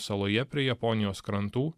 saloje prie japonijos krantų